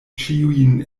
ĉiujn